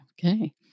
Okay